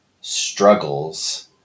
struggles